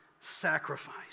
sacrifice